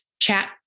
chat